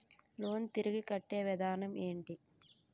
Loan తిరిగి కట్టే విధానం ఎంటి?